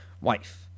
wife